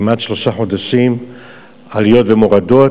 כמעט שלושה חודשים עליות ומורדות.